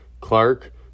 Clark